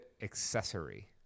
accessory